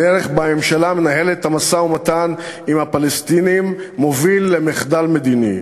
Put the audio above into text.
הדרך שבה הממשלה מנהלת את המשא-ומתן עם הפלסטינים מובילה למחדל מדיני.